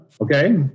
okay